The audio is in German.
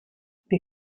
wir